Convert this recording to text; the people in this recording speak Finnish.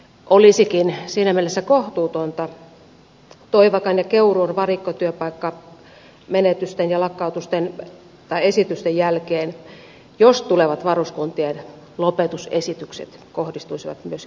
olisikin siinä mielessä kohtuutonta toivakan ja keuruun varikkotyöpaikkamenetysten ja lakkautusesitysten jälkeen jos tulevat varuskuntien lopetusesitykset kohdistuisivat myös keski suomeen